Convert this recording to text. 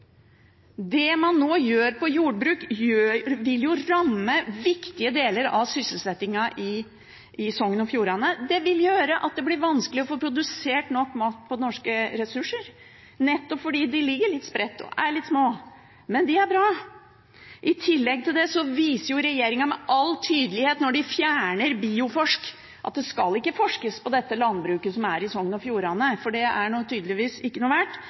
Det man nå gjør innen jordbruk, vil jo ramme viktige deler av sysselsettingen i Sogn og Fjordane. Det vil gjøre at det blir vanskelig å få produsert nok mat av norske ressurser, nettopp fordi de ligger litt spredt og er litt små. Men det er bra. I tillegg til det viser jo regjeringen med all tydelighet, når de fjerner Bioforsk, at det skal ikke forskes på landbruket i Sogn og Fjordane – det er tydeligvis nå ikke noe verdt,